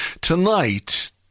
Tonight